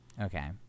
Okay